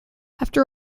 after